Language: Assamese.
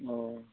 অঁ